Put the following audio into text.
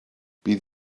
bydd